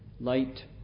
light